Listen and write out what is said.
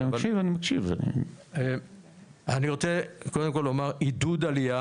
אני רוצה קודם כל לומר, עידוד עלייה